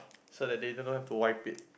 so that they do not have to wipe it